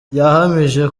yahamije